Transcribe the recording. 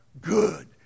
good